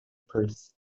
perth